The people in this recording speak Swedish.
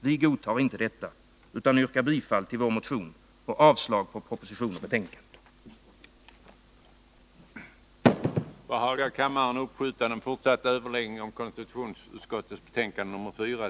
Vi godtar inte detta utan yrkar bifall till vår motion och avslag på propositionen och utskottets hemställan i betänkandet.